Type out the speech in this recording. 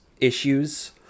issues